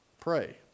pray